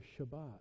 Shabbat